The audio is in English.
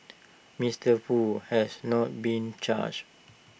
Mister Foo has not been charged